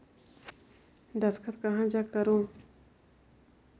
दस्खत कहा जग करो?